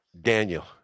Daniel